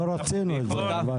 לא רצינו את זה.